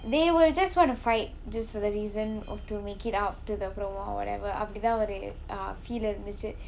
they will just want to fight just for the reason oh to make it out to the promo or whatever அப்புடித்தான் ஒரு:appudithaan oru uh feel இருந்துச்சி:irunduchi